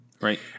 Right